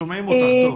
שומעים אותך.